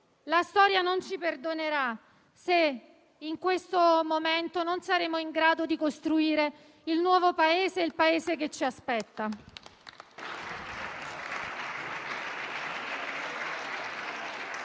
la storia non ci perdonerà se in questo momento non saremo in grado di costruire il nuovo Paese, il Paese che ci aspetta.